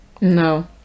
no